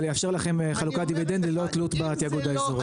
אבל יאפשר לכם חלוקת דיבידנדים ללא תלות בתיאגוד האזורי.